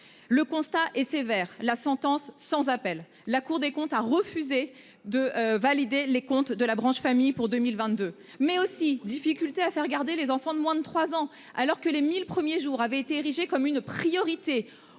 Le constat est sévère la sentence sans appel, la Cour des comptes a refusé de valider les comptes de la branche famille pour 2022 mais aussi difficultés à faire garder les enfants de moins de 3 ans alors que les 1000 premiers jours avait été érigé comme une priorité.